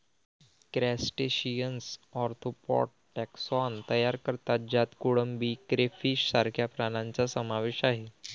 crustaceans arthropod taxon तयार करतात ज्यात कोळंबी, क्रेफिश सारख्या प्राण्यांचा समावेश आहे